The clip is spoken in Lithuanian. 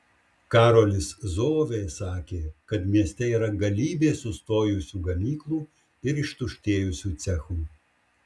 karolis zovė sakė kad mieste yra galybė sustojusių gamyklų ir ištuštėjusių cechų